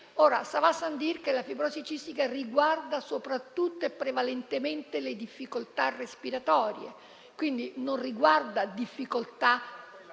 Ora, *ça va sans dire* che la fibrosi cistica riguarda soprattutto e prevalentemente le difficoltà respiratorie e, quindi, non concerne difficoltà di